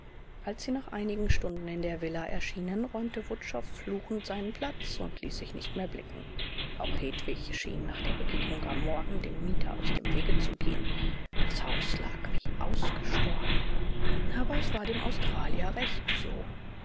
als sie nach einigen stunden in der villa erschienen räumte wutschow fluchend seinen platz und ließ sich nicht mehr blicken auch hedwig schien nach der begegnung am morgen dem mieter aus dem wege zu gehen das haus lag wie ausgestorben aber es war dem australier recht so